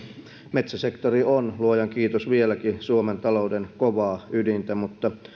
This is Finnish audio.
metsäsektori on luojan kiitos vieläkin suomen talouden kovaa ydintä mutta